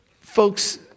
folks